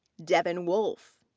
devin wolfe.